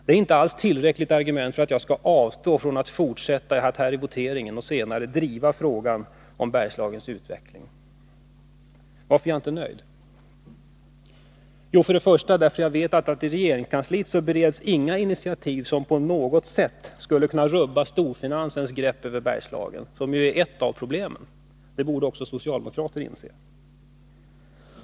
Det är inte alls ett tillräckligt argument för att jag skall avstå från att fortsätta att i voteringen och senare driva frågan om Bergslagens utveckling. Varför är jag då inte nöjd? Jo, för det första därför att jag vet att i regeringskansliet bereds inga initiativ som på något sätt skulle kunna rubba storfinansens grepp över Bergslagen. Detta är ju ett av problemen, det borde även socialdemokrater inse.